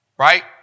Right